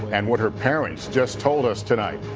and what her parents just told us tonight.